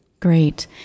Great